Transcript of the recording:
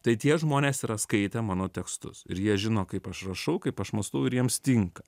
tai tie žmonės yra skaitę mano tekstus ir jie žino kaip aš rašau kaip aš mąstau ir jiems tinka